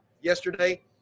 yesterday